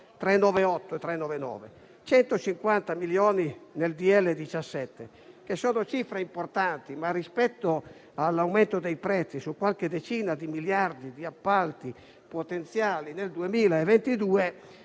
398 e 399); 150 milioni nel decreto-legge n. 17. Sono cifre importanti, ma rispetto all'aumento dei prezzi su qualche decina di miliardi di appalti potenziali nel 2022,